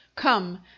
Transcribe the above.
Come